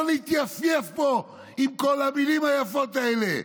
לא להתייפייף פה עם כל המילים היפות האלה.